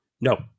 No